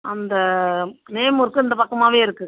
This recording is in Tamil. அந்த நேமூர்க்கு இந்த பக்கமாகவே இருக்குது